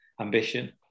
ambition